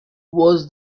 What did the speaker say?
was